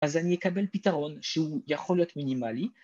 ‫אז אני אקבל פתרון ‫שהוא יכול להיות מינימלי.